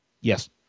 Yes